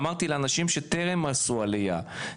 אמרתי לאנשים שטרם עשו עלייה,